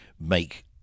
make